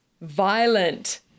violent